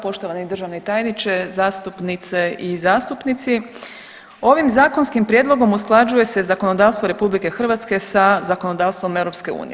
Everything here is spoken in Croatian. Poštovani državni tajniče, zastupnice i zastupnici, ovim zakonskim prijedlogom usklađuje se zakonodavstvo RH sa zakonodavstvom EU.